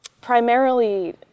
primarily